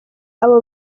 abo